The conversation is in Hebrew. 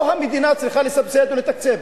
או שהמדינה צריכה לסבסד ולתקצב?